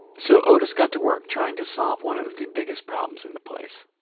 so otis got to work trying to solve one of the biggest problems in the place.